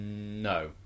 No